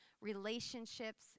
relationships